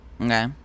Okay